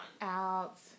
out